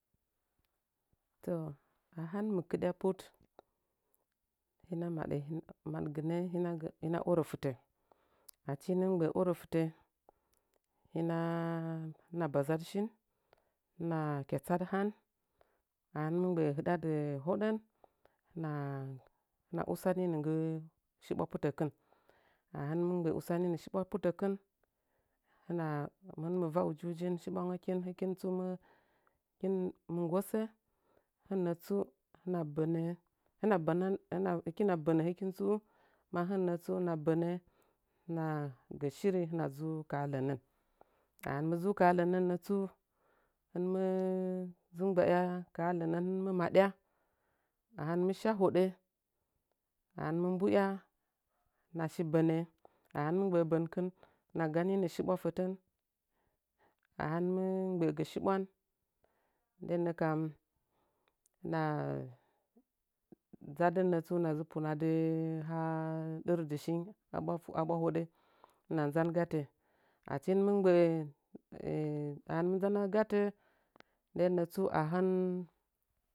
Toh a han mɨ ktɗya a put hinəa madə “htɗ-maɗgtnə hinəa orə fɨtə” achi hɨnəm gbə’ə orə fɨtə “hinəa – hɨnəa bazadɨ shin, htnəa kyatsadɨ han ahin mɨ gbə’ə hɨddɨ hodən hɨnəa usaninə nggi shiɓwa putəkɨn a htntin gbə’ə ubaninə shiɓwa putəkɨn “ hɨnza – hɨn mɨ va ujiujin shiɓwangakin – hɨkin tsu hɨkin mɨ nggosə hɨn nətsu hɨnəa ɓənə hɨnə banan-ana-hɨkina bənə hɨkin tsu, ma hɨnnətsu hɨnza bənə hɨnəa gə shiri hɨnəa dzuu ka ha lənən a hɨn mɨ dzulu kaha lənən hɨn mɨi dzuu ngba’ya lənən mɨ maɗya mɨ shaa huɗə ahɨnmɨ mbu’ya htnəashi ɓanə, a hɨn mɨ mgbə’ə bənkɨn, hɨnəa ganinə shiɓwa fətən a hɨn mɨ gbə’ə gə shiɓulan ɗen nəkam hɨnəa dzaddɨn nətsu hɨnəa dzɨ pwaradi haa ɗərdi shering a ɓuwahədə hɨnəa nzan gatə achi hɨntɨn ngbə’ə ahɨn mɨ nzan gatə den nətsu ahɨn.